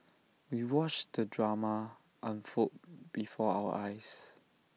we watched the drama unfold before our eyes